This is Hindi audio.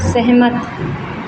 सहमत